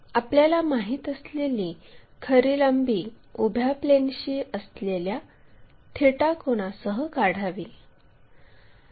आपल्याला माहित असलेली खरी लांबी उभ्या प्लेनशी असलेल्या थीटा कोनासह काढावी